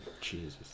Jesus